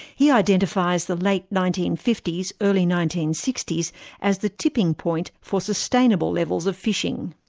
he identifies the late nineteen fifty s, early nineteen sixty s as the tipping point for sustainable levels of fishing.